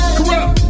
Corrupt